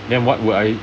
then what will I